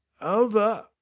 Over